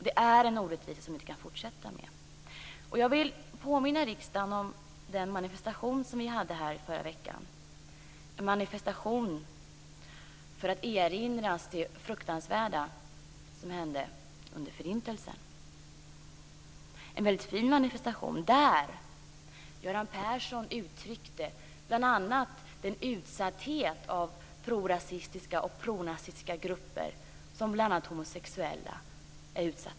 Det är en orättvisa som inte kan fortsätta. Jag vill påminna om den manifestation som vi hade i riksdagen förra veckan, en manifestation för att erinra oss det fruktansvärda som hände under förintelsen. Det var en väldigt fin manifestation. Göran Persson uttryckte bl.a. den utsatthet som homosexuella känner gentemot prorasistiska och pronazistiska grupper.